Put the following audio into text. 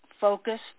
focused